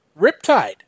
Riptide